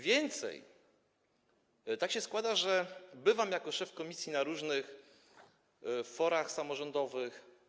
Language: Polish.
Więcej - tak się składa, że jako szef komisji bywam na różnych forach samorządowych.